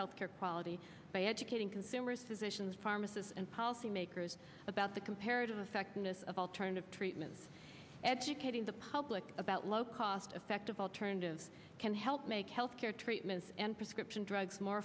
health care quality by educating consumers physicians pharmacists and policymakers about the comparative effectiveness of alternative treatments educating the public about low cost effective alternatives can help make health care treatments and prescription drugs more